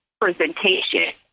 presentation